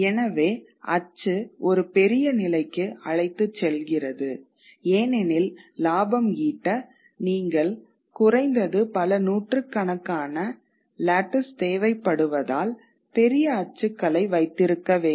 எனவே அச்சு ஒரு பெரிய நிலைக்கு அழைத்துச் செல்கிறது ஏனெனில் இலாபம் ஈட்ட நீங்கள் குறைந்தது பல நூற்றுக்கணக்கான லேட்டிஸ் தேவைப்படுவதால் பெரிய அச்சுகளை வைத்திருக்க வேண்டும்